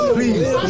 Please